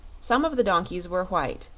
some of the donkeys were white,